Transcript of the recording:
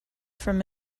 from